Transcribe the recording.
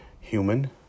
human